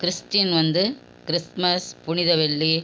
Christian வந்து Christmas புனிதவெள்ளி